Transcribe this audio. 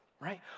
right